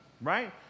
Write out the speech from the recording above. right